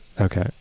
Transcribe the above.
Okay